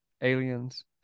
aliens